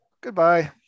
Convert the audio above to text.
Goodbye